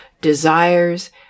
desires